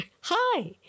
Hi